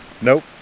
Nope